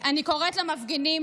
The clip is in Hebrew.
אני קוראת למפגינים,